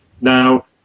Now